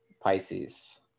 Pisces